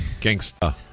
Gangsta